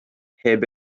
heb